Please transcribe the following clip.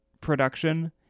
production